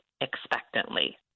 expectantly